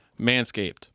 Manscaped